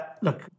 Look